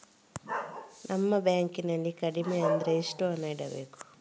ನಮ್ಮ ಬ್ಯಾಂಕ್ ನಲ್ಲಿ ಕಡಿಮೆ ಅಂದ್ರೆ ಎಷ್ಟು ಹಣ ಇಡಬೇಕು?